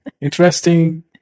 Interesting